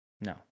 No